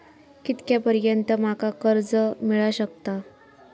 कितक्या पर्यंत माका कर्ज मिला शकता?